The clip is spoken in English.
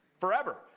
forever